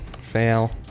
Fail